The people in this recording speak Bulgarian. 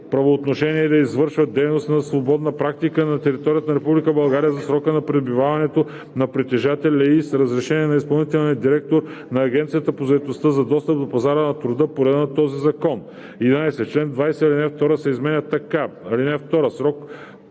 правоотношение и да извършват дейност на свободна практика на територията на Република България за срока на пребиваването на притежателя й с разрешение на изпълнителния директор на Агенцията по заетостта за достъп до пазара на труда по реда на този закон.“ 11. В чл. 20 ал. 2 се